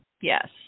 yes